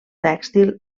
tèxtil